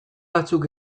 batzuk